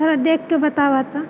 थोड़ा देखके बताबऽ तऽ